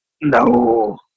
No